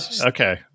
okay